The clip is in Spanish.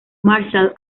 marshall